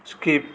skip